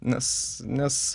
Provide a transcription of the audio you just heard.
nes nes